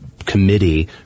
committee